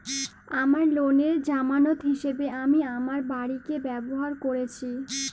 আমার লোনের জামানত হিসেবে আমি আমার বাড়িকে ব্যবহার করেছি